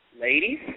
Ladies